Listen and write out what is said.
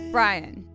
Brian